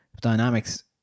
dynamics